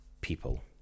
people